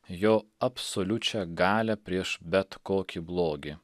jo absoliučią galią prieš bet kokį blogį